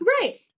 right